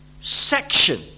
section